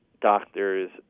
doctors